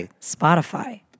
Spotify